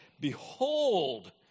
Behold